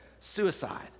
Suicide